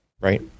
right